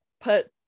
put